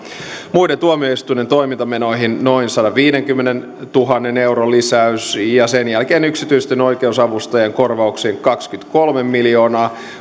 muiden tuomioistuimien toimintamenoihin noin sadanviidenkymmenentuhannen euron lisäys ja sen jälkeen yksityisten oikeusavustajien korvauksiin kaksikymmentäkolme miljoonaa